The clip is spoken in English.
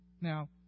Now